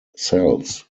cells